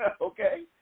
okay